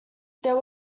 there